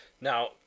Now